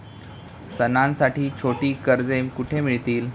सणांसाठी छोटी कर्जे कुठे मिळतील?